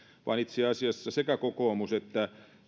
vaan itse asiassa sekä kokoomus että